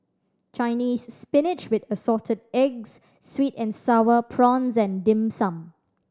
Chinese Spinach with Assorted Eggs sweet and Sour Prawns and Dim Sum